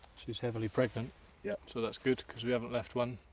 she was heavily pregnant yeah so that's good because we haven't left one